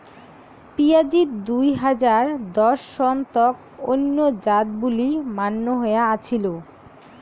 পিঁয়াজিত দুই হাজার দশ সন তক অইন্য জাত বুলি মান্য হয়া আছিল